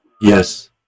Yes